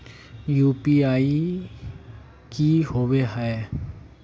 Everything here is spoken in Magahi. यु.पी.आई की होबे है?